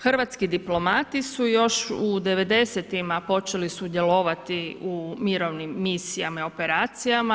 Hrvatski diplomati su još u 90-ima počeli sudjelovati u mirovnim misijama i operacija.